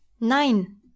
Nein